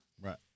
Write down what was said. Right